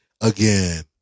again